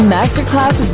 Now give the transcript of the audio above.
Masterclass